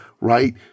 right